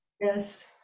Yes